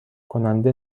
کننده